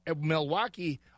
Milwaukee